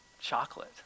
chocolate